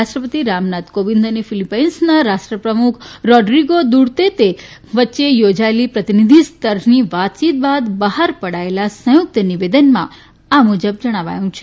રાષ્ર પતિ રામનાથ કોવિંદ અને ફિલિપાઇન્સના રાષ્ટ્રનપ્રમુખ રોડ્રીગો દુતેર્તે વચ્ચે યોજાયેલી પ્રતિનિધિસ્તરની વાતચીત બાદ બહાર પડાયેલા સંયુક્ત નિવેદનમાં આ મુજબ જણાવ્યું છે